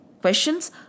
Questions